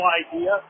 idea